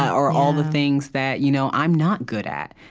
or all the things that you know i'm not good at.